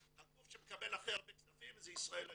,הגוף שמקבל הכי הרבה כספים זה ישראל היום.